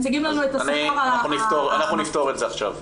מציגים לנו את השכר --- אנחנו נפתור את זה עכשיו,